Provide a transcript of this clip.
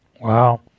Wow